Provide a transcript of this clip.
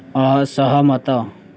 ଅସହମତ